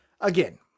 Again